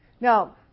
Now